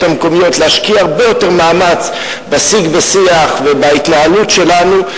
המקומיות להשקיע הרבה יותר מאמץ בשיג ושיח ובהתנהלות שלנו,